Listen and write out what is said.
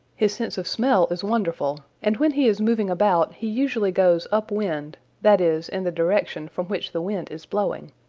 his sense of smell is wonderful, and when he is moving about he usually goes up wind that is, in the direction from which the wind is blowing.